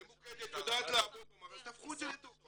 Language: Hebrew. ממוקדת שיודעת לעבוד, אז תהפכו את זה לתרופה